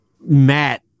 Matt